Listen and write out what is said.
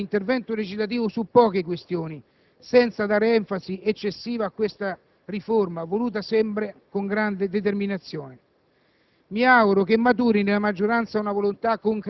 Per tutto ciò, forse potevate limitare l'intervento legislativo su poche questioni, senza dare enfasi eccessiva a questa riforma, voluta, sembra, con grande determinazione.